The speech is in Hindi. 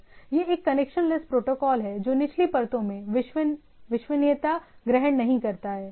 यह एक कनेक्शन लेस प्रोटोकॉल है जो निचली परतों से विश्वसनीयता ग्रहण नहीं करता है